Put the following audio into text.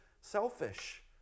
selfish